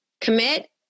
commit